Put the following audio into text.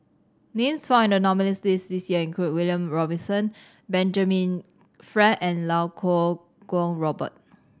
names found in the nominees' list this year include William Robinson Benjamin Frank and Lau Kuo Kwong Robert